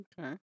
Okay